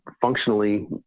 functionally